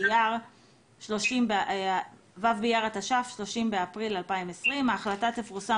באייר התש"ף (30 באפריל 2020); ההחלטה תפורסם